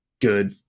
good